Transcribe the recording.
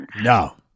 no